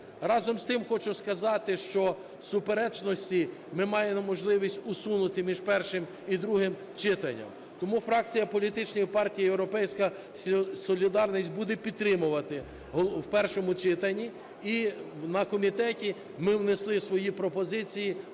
Разом з тим, хочу сказати, що суперечності ми маємо можливість усунути між першим і другим читанням. Тому фракція політичної партії "Європейська солідарність" буде підтримувати в першому читанні, і на комітеті ми внесли свої пропозиції,